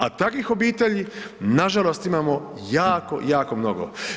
A takvih obitelji, nažalost, imamo jako, jako mnogo.